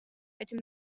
этим